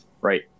right